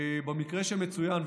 במקרה שצוין,